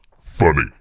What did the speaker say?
funny